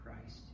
Christ